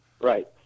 Right